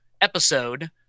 episode